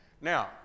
Now